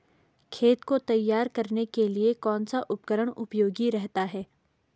खेत को तैयार करने के लिए कौन सा उपकरण उपयोगी रहता है?